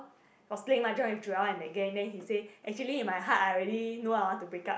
was playing mahjong with Joel and the gang then he say actually in my heart I already know I want to break up